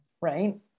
Right